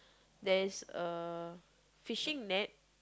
there's a fishing net